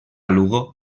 lugo